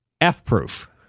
F-proof